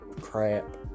crap